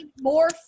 more